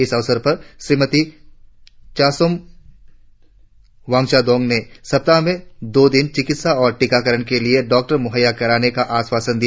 इस अवसर पर श्रीमती चासोम वांगचाडोंग ने सप्ताह में दो दिन चिकित्सा और टीकाकरण के लिए डाक्टर मुहैया कराने का भी आश्वासन दिया